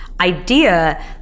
idea